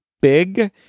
big